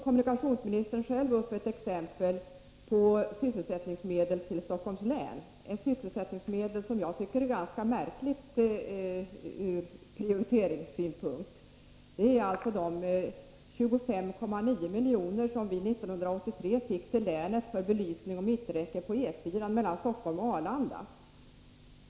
Kommunikationsministern anförde själv ett exempel på sysselsättningsmedel till Stockholms län. Jag tycker att detta är ganska märkligt ur prioriteringssynpunkt. Det gäller de 25,9 miljoner som tilldelades länet 1983 att användas till belysning och mitträcke på E 4:an mellan Stockholm och Arlanda.